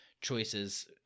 choices